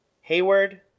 Hayward